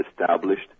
established